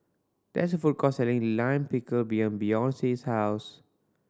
there is a food court selling Lime Pickle behind Beyonce's house